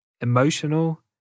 emotional